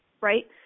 Right